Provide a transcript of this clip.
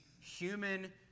human